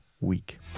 week